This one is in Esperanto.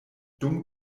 dum